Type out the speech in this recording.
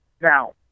Now